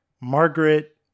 Margaret